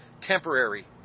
temporary